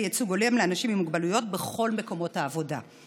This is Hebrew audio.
ייצוג הולם לאנשים עם מוגבלויות בכל מקומות העבודה.